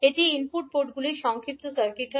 এটি ইনপুট পোর্টগুলি সংক্ষিপ্ত সার্কিট হয়